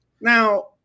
Now